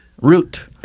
Root